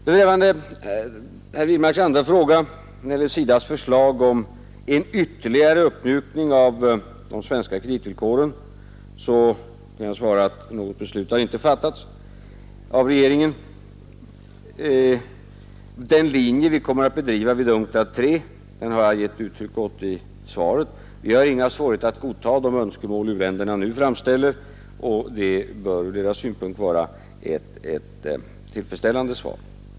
Beträffande herr Wirmarks andra fråga när det gäller SIDA :s förslag om en ytterligare uppmjukning av de svenska kreditvillkoren kan jag svara att något beslut har inte fattats av regeringen. Den linje vi kommer att driva vid UNCTAD III har jag gett uttryck åt i svaret. Vi har inga svårigheter att godta de önskemål som u-länderna nu framställer, och det bör ur deras synpunkt vara ett tillfredsställande svar.